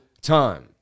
time